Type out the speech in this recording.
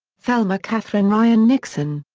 thelma catherine ryan nixon.